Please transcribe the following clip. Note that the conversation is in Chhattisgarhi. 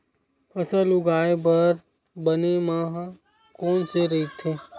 फसल उगाये बर बने माह कोन से राइथे?